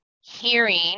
hearing